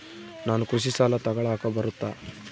ನಾನು ಕೃಷಿ ಸಾಲ ತಗಳಕ ಬರುತ್ತಾ?